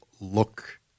look